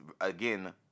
again